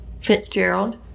Fitzgerald